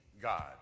God